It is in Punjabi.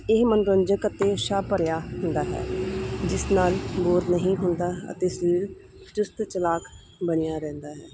ਇਹ ਮਨੋਰੰਜਕ ਅਤੇ ਉਤਸ਼ਾਹ ਭਰਿਆ ਹੁੰਦਾ ਹੈ ਜਿਸ ਨਾਲ ਬੋਰ ਨਹੀਂ ਹੁੰਦਾ ਅਤੇ ਸਰੀਰ ਚੁਸਤ ਚਲਾਕ ਬਣਿਆ ਰਹਿੰਦਾ ਹੈ